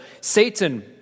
Satan